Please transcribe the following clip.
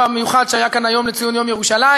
המיוחד שהיה כאן היום לציון יום ירושלים,